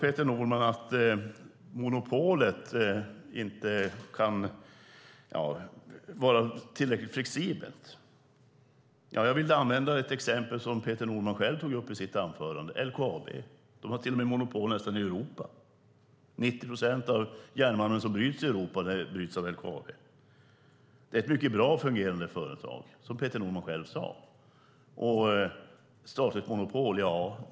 Peter Norman säger att monopolet inte är tillräckligt flexibelt. Jag vill använda ett exempel som Peter Norman själv tog upp i sitt anförande, nämligen LKAB. De har till och med nästan monopol i Europa. 90 procent av den järnmalm som bryts i Europa bryts av LKAB. Det är ett mycket bra fungerande företag, som Peter Norman själv sade.